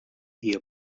hija